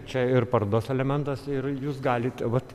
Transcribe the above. čia ir parodos elementas ir jūs galit vat